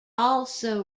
also